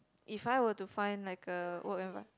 if I were to find like a work environ~